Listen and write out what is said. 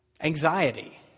anxiety